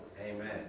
Amen